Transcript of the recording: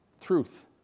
truth